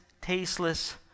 tasteless